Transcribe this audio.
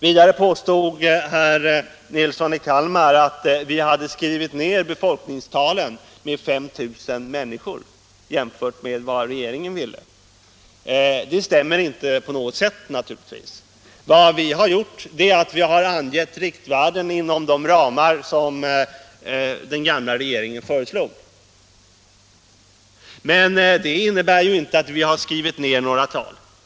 Vidare påstod herr Nilsson i Kalmar att vi hade skrivit ned befolkningstalen med 5 000 människor, jämfört med den förra regeringens förslag. Det stämmer naturligtvis inte alls. Vi har angett riktvärden inom de ramar som den gamla regeringen föreslog. Det innebär ju inte att vi skrivit ned några tal.